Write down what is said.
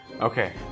Okay